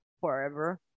forever